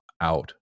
out